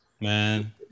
Man